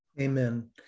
Amen